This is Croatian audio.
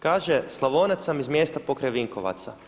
Kaže „Slavonac sam iz mjesta pokraj Vinkovaca.